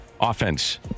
Offense